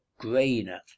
grainer